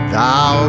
Thou